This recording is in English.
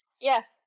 Yes